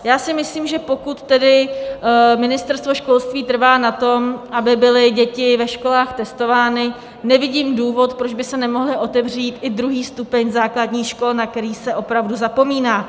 Já si myslím, že pokud tedy Ministerstvo školství trvá na tom, aby byly děti ve školách testovány, nevidím důvod, proč by se nemohl otevřít i druhý stupeň základních škol, na který se opravdu zapomíná.